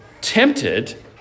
tempted